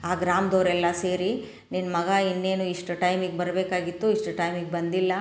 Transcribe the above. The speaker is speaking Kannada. ಆ ಗ್ರಾಮದವ್ರೆಲ್ಲ ಸೇರಿ ನಿನ್ನ ಮಗ ಇನ್ನೇನು ಇಷ್ಟು ಟೈಮಿಗೆ ಬರಬೇಕಾಗಿತ್ತು ಇಷ್ಟು ಟೈಮಿಗೆ ಬಂದಿಲ್ಲ